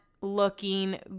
looking